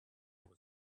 was